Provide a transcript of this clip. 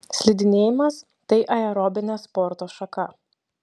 slidinėjimas tai aerobinė sporto šaka